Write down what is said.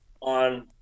on